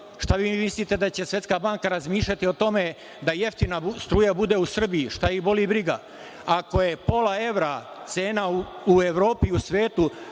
Šta vi mislite, da će Svetska banka razmišljati o tome da jeftina struja bude u Srbiji? Šta ih boli briga. Ako je pola evra cena u Evropi i u svetu,